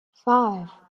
five